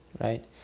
right